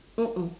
mm mm